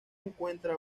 encuentra